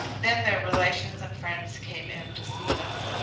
then their relations and friends came in to see them.